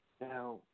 Now